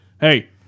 Hey